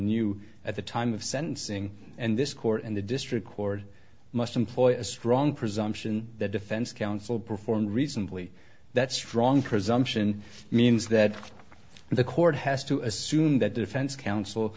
knew at the time of sentencing and this court and the district court must employ a strong presumption that defense counsel performed reasonably that strong presumption means that the court has to assume that defense counsel